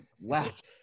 left